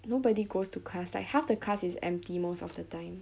nobody goes to class like half the class is empty most of the time